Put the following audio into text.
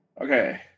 Okay